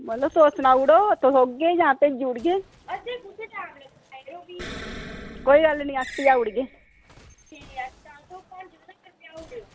मतलब तुस सनाओ अस औगे जां भेजी ओड़गे कोई गल्ल निं अस भेजाई ओड़गे